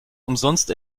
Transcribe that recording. umsonst